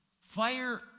fire